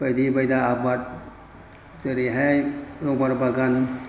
बायदि बायदा आबाद जेरैहाय रबार बागान